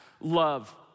love